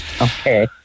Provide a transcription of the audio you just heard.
Okay